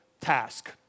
task